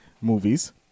movies